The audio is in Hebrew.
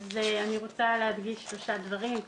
אני רוצה להדגיש שלושה דברים.